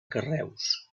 carreus